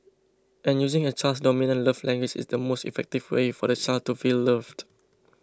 and using a child's dominant love language is the most effective way for the child to feel loved